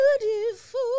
Beautiful